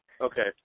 okay